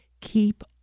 keep